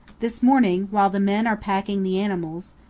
this morning, while the men are packing the animals,